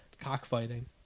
Cockfighting